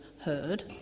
heard